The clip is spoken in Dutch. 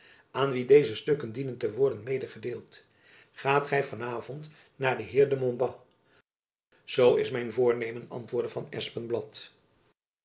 aan wien deze stukken dienen te worden medegedeeld gaat gy van avond naar den heer de montbas zoo is mijn voornemen antwoorde van